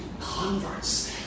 converts